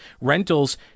rentals